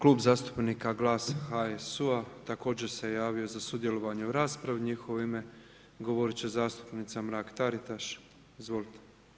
Klub zastupnika GLAS-a i HSU-a također se javio za sudjelovanje u raspravi, u njihovo ime govorit će zastupnica Mrak Taritaš, izvolite.